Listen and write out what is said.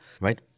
right